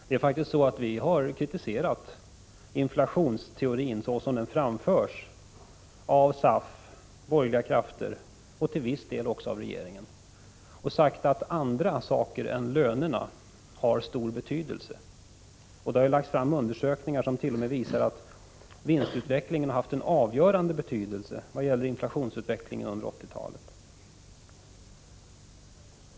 Vi har faktiskt kritiserat inflationsteorin såsom den framförs av SAF, borgerliga krafter och till viss del även av regeringen och sagt att andra saker än lönerna har stor betydelse. Det har lagts fram undersökningar som t.o.m. visar att vinstutvecklingen har haft en avgörande betydelse vad gäller inflationsutvecklingen under 1980-talet.